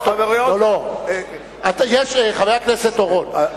חבר הכנסת אורון,